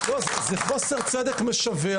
זה חוסר צדק משווע,